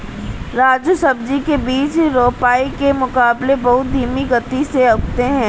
राजू सब्जी के बीज रोपाई के मुकाबले बहुत धीमी गति से उगते हैं